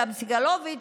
גם סגלוביץ',